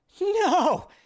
no